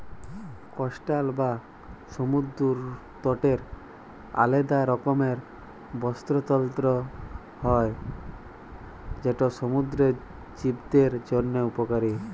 coastal বা সমুদ্দর তটের আলেদা রকমের বাস্তুতলত্র হ্যয় যেট সমুদ্দুরের জীবদের জ্যনহে উপকারী